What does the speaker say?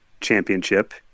championship